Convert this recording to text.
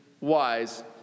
wise